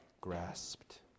grasped